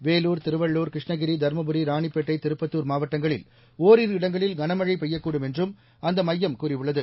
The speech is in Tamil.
வேலூர் திருவள்ளூர் கிருஷ்ணகிரி தருமபுரி ராணிப்பேட்டை திருப்பத்தூர் மாவட்டங்களில் ஒரிரு இடங்களில் கனமழை பெய்யக்கூடும் என்றும் அந்த மையம் கூறியுள்ளது